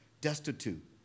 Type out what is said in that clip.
destitute